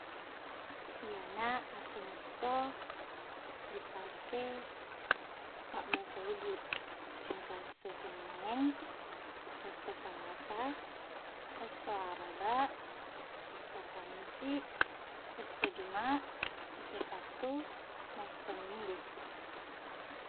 Iyena aseng esso dipake pabbahasa ogiq engka esso senneng esso salasa esso arabaq esso kammisiq esso jumaq esso sattu na esso minggu